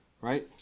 Right